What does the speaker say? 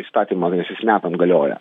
įstatymą nes jis metam galioja